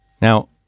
Now